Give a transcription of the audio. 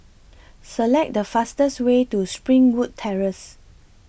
Select The fastest Way to Springwood Terrace